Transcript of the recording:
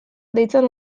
deitzen